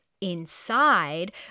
inside